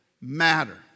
matter